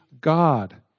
God